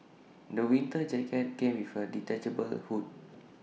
the winter jacket came with A detachable hood